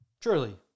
Truly